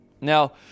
Now